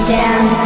down